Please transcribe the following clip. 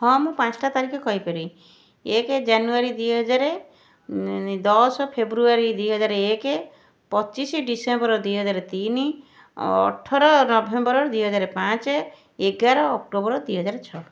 ହଁ ମୁଁ ପାଁଶଟା ତାରିଖ କହିପାରିବି ଏକ ଜାନୁୟାରୀ ଦୁଇ ହଜାର ଦଶ ଫେବୃୟାରୀ ଦୁଇ ହଜାର ଏକ ପଚିଶ ଡିସେମ୍ବର ଦୁଇ ହଜାର ତିନି ଅଠର ନଭେମ୍ବର ଦୁଇ ହଜାର ପାଞ୍ଚ ଏଗାର ଅକ୍ଟୋବର ଦୁଇ ହଜାର ଛଅ